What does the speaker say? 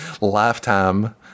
lifetime